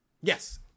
Yes